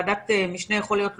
שמפעילים את